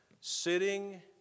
sitting